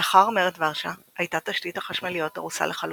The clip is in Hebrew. לאחר מרד ורשה הייתה תשתית החשמליות הרוסה לחלוטין,